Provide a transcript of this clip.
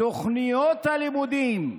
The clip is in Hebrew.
תוכניות הלימודים,